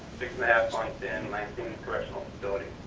six and a half months in lansing correctional facility.